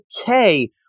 okay